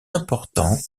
important